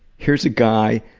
here's a guy